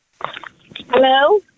Hello